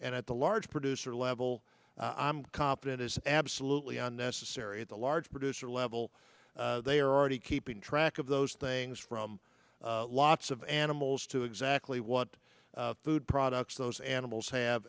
and at the large producer level i'm competent is absolutely unnecessary at the large producer level they are already keeping track of those things from lots of animals to exactly what food products those animals have